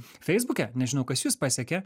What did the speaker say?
feisbuke nežinau kas jus pasiekia